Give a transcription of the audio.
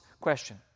question